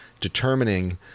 determining